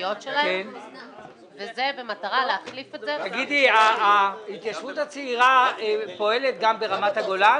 הכנסות שיתקבלו וכנגדן בוצעה הפעלת עבודות פיתוח.